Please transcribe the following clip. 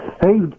hey